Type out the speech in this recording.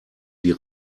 die